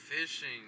fishing